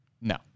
No